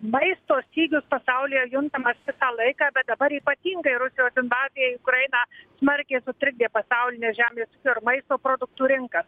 maisto stygius pasaulyje juntamas visą laiką bet dabar ypatingai rusijos invazija į ukrainą smarkiai sutrikdė pasaulinę žemės ūkio ir maisto produktų rinką